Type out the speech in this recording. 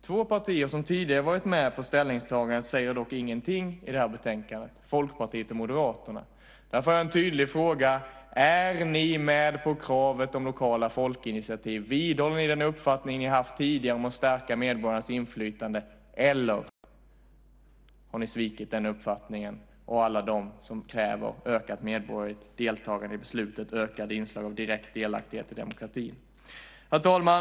Två partier som tidigare har varit med på ställningstagandet säger dock ingenting i betänkandet. Det är Folkpartiet och Moderaterna. Därför har jag en tydlig fråga: Är ni med på kravet om lokala folkinitiativ? Vidhåller ni den uppfattning ni har haft tidigare om att stärka medborgarnas inflytande eller har ni svikit den uppfattningen och alla de som kräver ökat medborgerligt deltagande i besluten och ökade inslag av direkt delaktighet i demokratin? Herr talman!